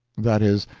that is,